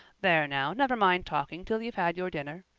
there now, never mind talking till you've had your dinner.